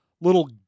little